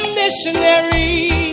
missionary